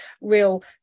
real